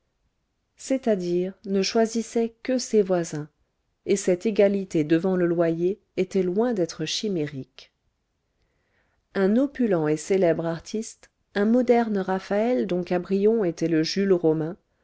c'est-à-dire ne choisissait que ses voisins et cette égalité devant le loyer était loin d'être chimérique un opulent et célèbre artiste un moderne raphaël dont cabrion était le jules romain